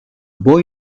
boy